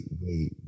wait